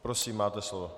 Prosím, máte slovo.